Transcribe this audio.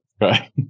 Right